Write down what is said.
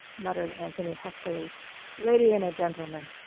muttered anthony huskily lady and a gentleman.